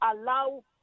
allow